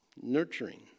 Nurturing